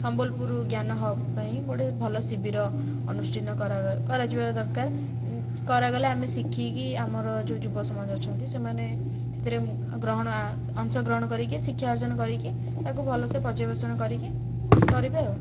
ସମ୍ବଲପୁର ଜ୍ଞାନ ହକ୍ ପାଇଁ ଗୋଟେ ଭଲ ଶିବିର ଅନୁଷ୍ଠାନ କରାଯିବା ଦରକାର କରାଗଲେ ଆମେ ଶିଖିକି ଆମର ଯେଉଁ ଯୁବ ସମାଜ ଅଛନ୍ତି ସେମାନେ ସେଥିରେ ଗ୍ରହଣ ଅଂଶଗ୍ରହଣ କରିକି ଶିକ୍ଷା ଅର୍ଜନ କରିକି ତାକୁ ଭଲସେ ପର୍ଯ୍ୟବେଷଣ କରିକି କରିବେ ଆଉ